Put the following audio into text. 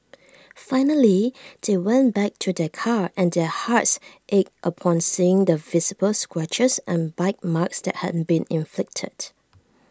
finally they went back to their car and their hearts ached upon seeing the visible scratches and bite marks that had been inflicted